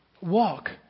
Walk